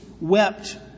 wept